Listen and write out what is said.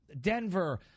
Denver